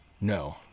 No